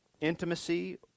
intimacy